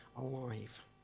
alive